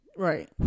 Right